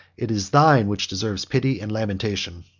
it is thine which deserves pity and lamentation.